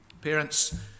Parents